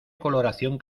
coloración